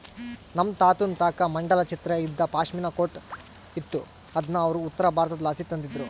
ನಮ್ ತಾತುನ್ ತಾಕ ಮಂಡಲ ಚಿತ್ರ ಇದ್ದ ಪಾಶ್ಮಿನಾ ಕೋಟ್ ಇತ್ತು ಅದುನ್ನ ಅವ್ರು ಉತ್ತರಬಾರತುದ್ಲಾಸಿ ತಂದಿದ್ರು